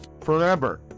forever